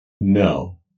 No